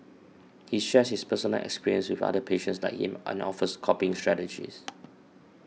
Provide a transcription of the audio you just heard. he shares his personal experiences with other patients like him and offers coping strategies